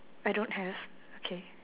I don't have okay